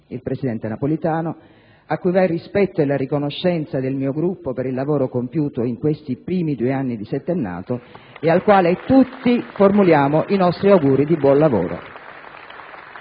il presidente Napolitano, cui va il rispetto e la riconoscenza del mio Gruppo per il lavoro compiuto in questi primi due anni di settennato e al quale tutti formuliamo i nostri auguri di buon lavoro.